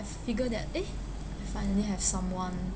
I figure that eh I finally have someone